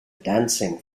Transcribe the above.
dancing